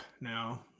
now